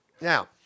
Now